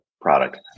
product